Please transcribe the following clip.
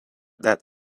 that